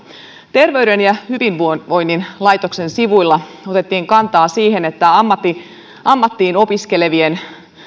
terveyden ja hyvinvoinnin laitoksen sivuilla otettiin kantaa siihen että ammattiin opiskelevien